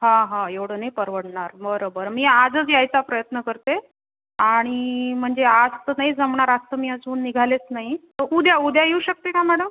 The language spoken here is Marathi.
हा हा एवढं नाही परवडणार बरं बरं मी आजच यायचा प्रयत्न करते आणि म्हणजे आज तर नाही जमणार आज तर मी अजून तर मी निघालेच नाही तर उद्या उद्या येऊ शकते का मॅडम